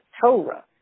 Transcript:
Torah